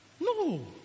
No